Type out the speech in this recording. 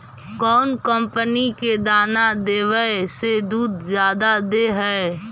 कौन कंपनी के दाना देबए से दुध जादा दे है?